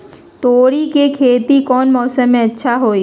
तोड़ी के खेती कौन मौसम में अच्छा होई?